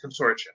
Consortium